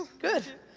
good!